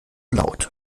laut